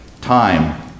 Time